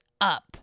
up